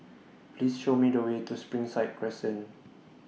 Please Show Me The Way to Springside Crescent